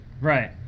right